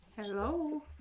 Hello